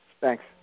Thanks